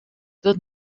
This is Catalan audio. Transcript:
tot